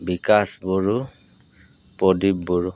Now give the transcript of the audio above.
Bikash Boro Pradip Bodo